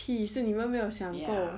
批是你们没有想够